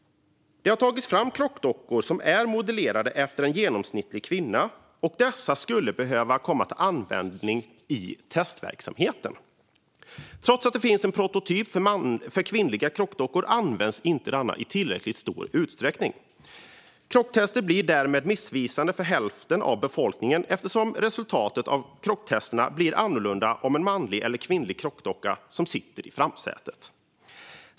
Det har tagits fram krockdockor som är modellerade efter en genomsnittlig kvinna, och dessa skulle behöva komma till användning i testverksamheten. Trots att det finns en prototyp för kvinnliga krockdockor används den inte. Krocktester blir därmed missvisande för hälften av befolkningen, eftersom resultaten blir annorlunda om det är en manlig eller kvinnlig krockdocka som sitter i framsätet.